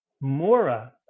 Mora